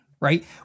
right